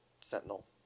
sentinel